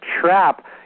trap